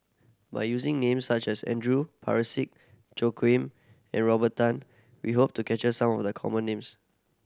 by using names such as Andrew Parsick Joaquim and Robert Tan we hope to capture some of the common names